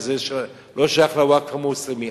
שזה לא שייך לווקף המוסלמי,